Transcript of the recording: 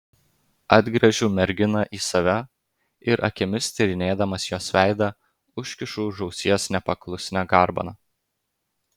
atgręžiu merginą į save ir akimis tyrinėdamas jos veidą užkišu už ausies nepaklusnią garbaną